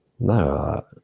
No